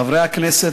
חברי הכנסת,